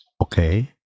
Okay